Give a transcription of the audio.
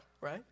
right